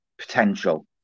potential